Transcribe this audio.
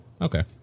Okay